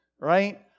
right